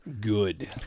Good